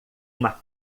uma